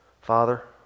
Father